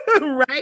right